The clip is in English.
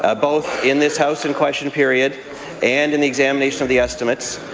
ah both in this house in question period and in the examination of the estimates,